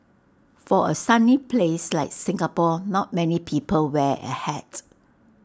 for A sunny place like Singapore not many people wear A hat